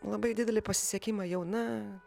labai didelį pasisekimą jauna